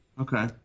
okay